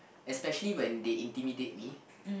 especially when they intimidate me